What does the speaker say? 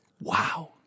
Wow